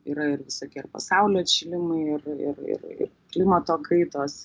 yra ir visokie ir pasaulio atšilimai ir ir ir ir klimato kaitos